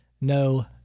no